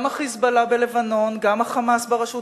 גם ה"חיזבאללה" בלבנון גם ה"חמאס" ברשות